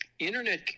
internet